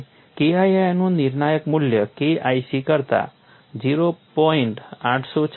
અને KII નું નિર્ણાયક મૂલ્ય KIC કરતા 0